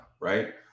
right